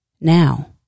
Now